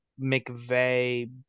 McVeigh